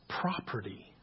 property